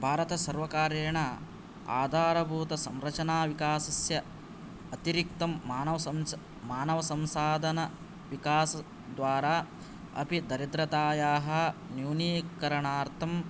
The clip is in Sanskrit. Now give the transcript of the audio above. भारत सर्वकारेण आधार भूत संरचना विकासस्य अतिरिक्तं मानव संसादन विकासद्वारा अपि दरिद्रतायाः न्यूनी करणार्थं